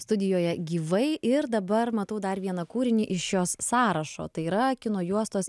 studijoje gyvai ir dabar matau dar vieną kūrinį iš jos sąrašo tai yra kino juostos